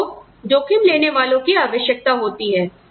आपको जोखिम लेने वालों की आवश्यकता होती है